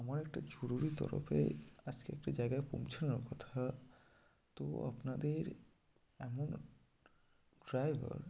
আমার একটা জরুরি তরফে আজকে একটা জায়গায় পৌঁছানোর কথা তো আপনাদের এমন ড্রাইভার